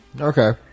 Okay